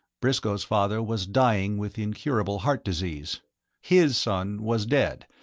briscoe's father was dying with incurable heart disease his son was dead,